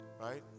right